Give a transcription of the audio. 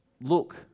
look